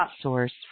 source